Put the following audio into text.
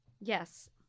Yes